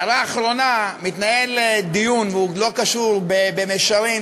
הערה אחרונה, מתנהל דיון והוא לא קשור במישרין